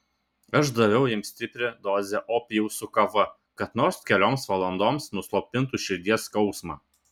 aš daviau jam stiprią dozę opijaus su kava kad nors kelioms valandoms nuslopintų širdies skausmą